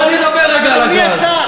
בואו נדבר רגע על הגז.